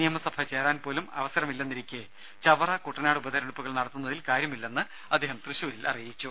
നിയമസഭ ചേരാൻ പോലും അവസരമില്ലെന്നിരിക്കെ ചവറ കുട്ടനാട് ഉപതെരഞ്ഞെടുപ്പുകൾ നടത്തുന്നതിൽ കാര്യമില്ലെന്ന് അദ്ദേഹം തൃശൂരിൽ പറഞ്ഞു